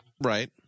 Right